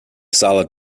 solid